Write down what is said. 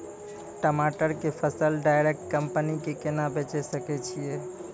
टमाटर के फसल डायरेक्ट कंपनी के केना बेचे सकय छियै?